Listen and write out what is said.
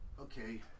Okay